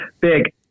big